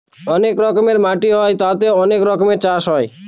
অনেক রকমের মাটি হয় তাতে অনেক রকমের চাষ হয়